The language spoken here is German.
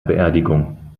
beerdigung